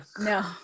No